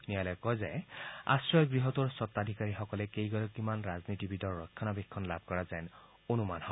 ন্যায়ালয়ে কয় যে আশ্ৰয় গৃহটোৰ স্বত্বাধিকাৰীসকলে কেইগৰাকীমান ৰাজনীতিবিদৰ ৰক্ষণা বেক্ষণ লাভ কৰা যেন অনুমান হয়